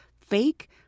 fake